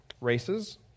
races